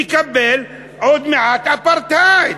נקבל עוד מעט אפרטהייד.